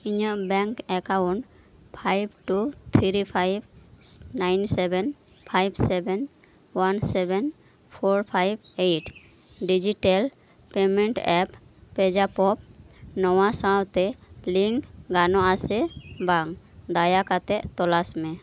ᱤᱧᱟᱹᱜ bank account five two three five nine seven five seven one seven four five eight digital payment app ᱯᱮᱡᱟᱯ ᱱᱚᱣᱟ ᱥᱟᱶᱛᱮ link ᱜᱟᱱᱚᱜᱼᱟ ᱥᱮ ᱵᱟᱝ ᱫᱟᱭᱟ ᱠᱟᱛᱮᱫ ᱛᱚᱞᱟᱥ ᱢᱮ